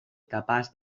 capaç